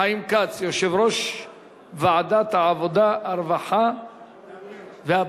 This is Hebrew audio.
חיים כץ, יושב-ראש ועדת העבודה, הרווחה והבריאות.